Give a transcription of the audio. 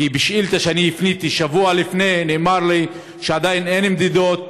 כי בשאילתה שאני הפניתי שבוע לפני נאמר לי שעדיין אין מדידות,